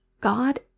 God